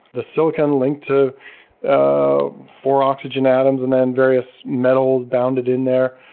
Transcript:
the silicon link to ah four oxygen atoms and then various metals bounded in there.